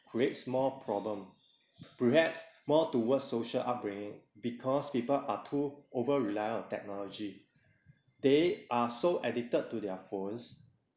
creates more problem perhaps more towards social upbringing because people are too over rely on technology they are so addicted to their phones